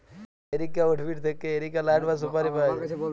areca উদ্ভিদ থেক্যে areca লাট বা সুপারি পায়া যায়